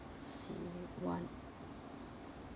C one